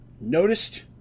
noticed